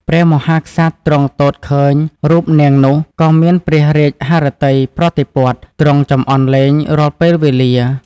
ព្រះមហាក្សត្រទ្រង់ទតឃើញរូបនាងនោះ ក៏មានព្រះរាជហឫទ័យប្រតិព័ទ្ធ ទ្រង់ចំអន់លេងរាល់ពេលវេលា។